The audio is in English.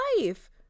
life